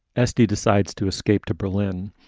s t. decides to escape to berlin.